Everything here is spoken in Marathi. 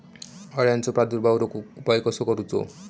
अळ्यांचो प्रादुर्भाव रोखुक उपाय कसो करूचो?